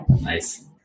Nice